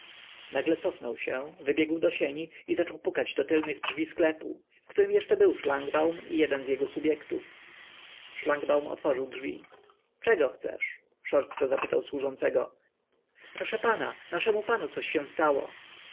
nagle cofnął się wybiegł do sieni i zaczął pukać do tylnych drzwi sklepu w którym jeszcze był szlangbaum i jeden z jego subjektów szlangbaum otworzył drzwi czego chcesz szorstko zapytał służącego proszę pana naszemu panu coś się stało